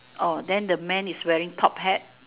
oh then the man is wearing top hat